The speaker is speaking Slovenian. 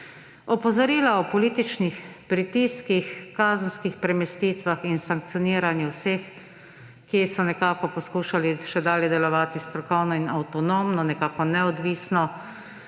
Opozorila o političnih pritiskih, kazenskih premestitvah in sankcioniranju vseh, ki so nekako poskušali še dalje delovati strokovno in avtonomno, nekako neodvisno,